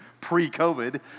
pre-COVID